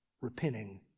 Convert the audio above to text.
repenting